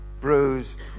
bruised